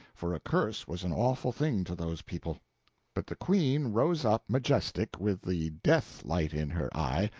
for a curse was an awful thing to those people but the queen rose up majestic, with the death-light in her eye,